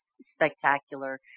spectacular